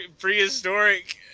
prehistoric